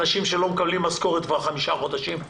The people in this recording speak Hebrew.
אנשים שלא מקבלים משכורת כבר חמישה חודשים,